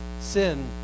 sin